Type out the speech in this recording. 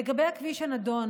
לגבי הכביש הנדון,